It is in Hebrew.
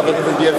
חבר הכנסת בילסקי.